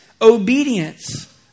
obedience